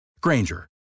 Granger